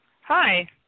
Hi